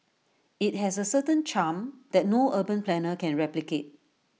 IT has A certain charm that no urban planner can replicate